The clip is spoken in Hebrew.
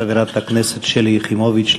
חברת הכנסת שלי יחימוביץ,